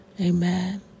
Amen